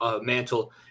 mantle